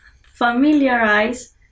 Familiarize